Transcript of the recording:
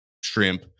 shrimp